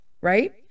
right